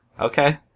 Okay